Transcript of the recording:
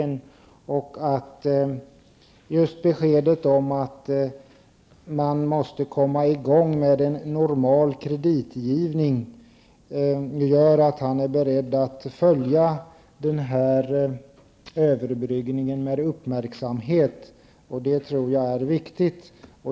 Beskedet om att man måste komma i gång med en normal kreditgivning visar att han är beredd att följa denna överbryggning med uppmärksamhet. Det tror jag är viktigt.